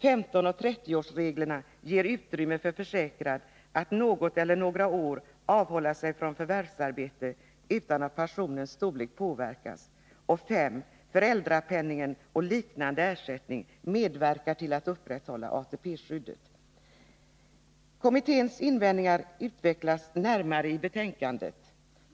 15 och 30-årsreglerna ger utrymme för försäkrad att något eller några år avhålla sig från förvärvsarbete utan att pensionens storlek påverkas. 5. Föräldrapenningen och liknande ersättning medverkar till att upprätthålla ATP-skyddet. Kommitténs invändningar utvecklas närmare i betänkandet.